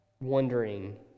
wondering